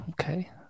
okay